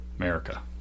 America